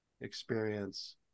experience